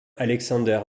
alexander